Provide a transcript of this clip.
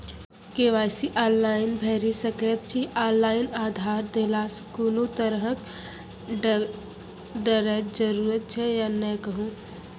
KYC online भैरि सकैत छी, ऑनलाइन आधार देलासॅ कुनू तरहक डरैक जरूरत छै या नै कहू?